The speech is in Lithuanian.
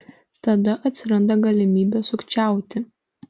tada atsiranda galimybė sukčiauti